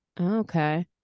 Okay